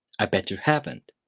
i bet you haven't.